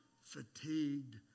fatigued